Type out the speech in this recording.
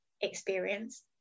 experience